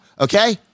okay